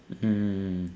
mm